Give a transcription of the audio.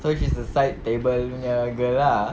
so she's a side table nya girl ah